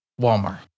Walmart